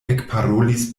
ekparolis